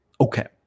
okay